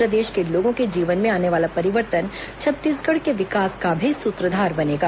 प्रदेश के लोगों के जीवन में आने वाला परिवर्तन छत्तीसगढ़ के विकास का भी सूत्रधार बनेगा